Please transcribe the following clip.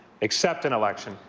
except an election.